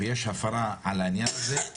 ויש הפרה על העניין הזה,